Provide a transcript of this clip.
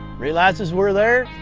realizes we're there.